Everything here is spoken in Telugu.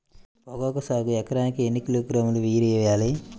పొగాకు సాగుకు ఎకరానికి ఎన్ని కిలోగ్రాముల యూరియా వేయాలి?